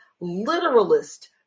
literalist